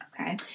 Okay